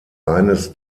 eines